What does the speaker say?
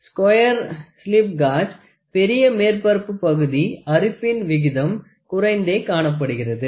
square slip gauge பெரிய மேற்பரப்பு பகுதி அரிப்பின் விகிதம் குறைந்தே காணப்படுகிறது